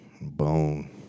Bone